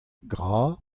gra